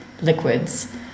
liquids